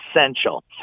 essential